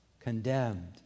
condemned